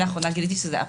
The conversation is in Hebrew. שם